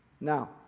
Now